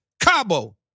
Cabo